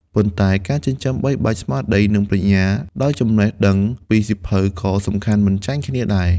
ប៉ុន្តែ ការចិញ្ចឹមបីបាច់ស្មារតី និងប្រាជ្ញាដោយចំណេះដឹងពីសៀវភៅក៏សំខាន់មិនចាញ់គ្នាដែរ។